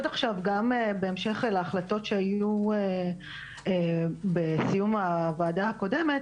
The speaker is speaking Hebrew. עכשיו גם בהמשך להחלטות שהיו בסיום הוועדה הקודמת